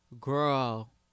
girl